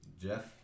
Jeff